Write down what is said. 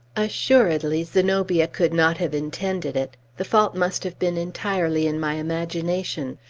assuredly zenobia could not have intended it the fault must have been entirely in my imagination.